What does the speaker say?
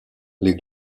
les